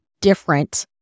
different